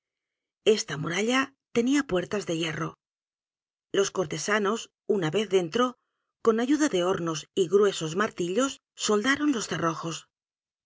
esta muralla tenía puertas de hierro los cortesanos una vez dentro con ayuda de hornos y gruesos m a r tillos soldaron los cerrojos